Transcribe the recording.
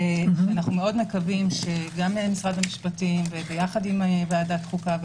שאנחנו מאוד מקווים שמשרד המשפטים יחד עם ועדת החוקה,